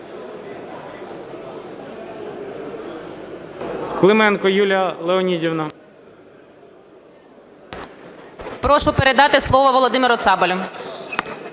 Прошу передати слово Володимиру Цабалю.